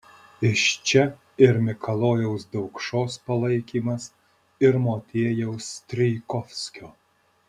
iš čia ir mikalojaus daukšos palaikymas ir motiejaus strijkovskio